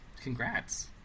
Congrats